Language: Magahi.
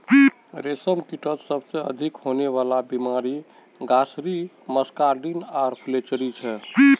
रेशमकीटत सबसे अधिक होने वला बीमारि ग्रासरी मस्कार्डिन आर फ्लैचेरी छे